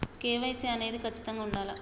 KYC అనేది ఖచ్చితంగా ఉండాలా?